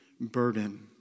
burden